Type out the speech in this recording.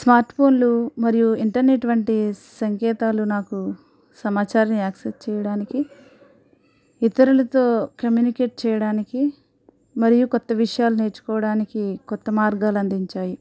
smart ఫోన్లు మరియు internet వంటి సంకేతాలు నాకు సమాచారం యాక్సెస్ చేయడానికి ఇతరులతో కమ్యూనికేట్ చేయడానికి మరియు కొత్త విషయాలు నేర్చుకోవడానికి కొత్త మార్గాలు అందించాయి